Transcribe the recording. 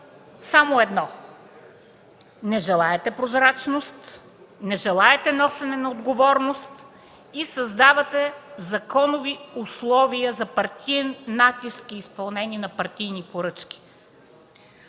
само едно – не желаете прозрачност, не желаете носене на отговорност, създавате законови условия за партиен натиск и изпълнение на партийни поръчки.